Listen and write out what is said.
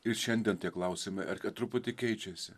ir šiandien tai klausiame ar kad truputį keičiasi